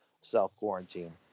self-quarantine